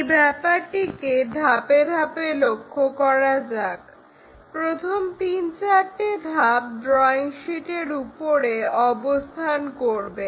এই ব্যাপারটিকে ধাপে ধাপে লক্ষ্য করা যাক প্রথম তিন চারটে ধাপ ড্রয়িং শীটের উপরে অবস্থান করবে